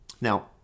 Now